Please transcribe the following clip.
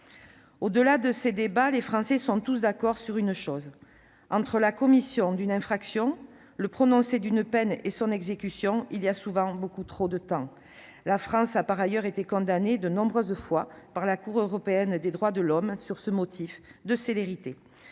Au-delà de ces débats, les Français sont tous d'accord sur un point : entre la commission d'une infraction, le prononcé d'une peine et son exécution s'écoule souvent beaucoup trop de temps. La France a par ailleurs été condamnée de nombreuses fois par la Cour européenne des droits de l'homme pour ce manque de célérité.